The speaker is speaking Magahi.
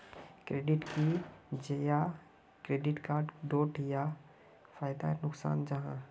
क्रेडिट की जाहा या क्रेडिट कार्ड डोट की फायदा आर नुकसान जाहा?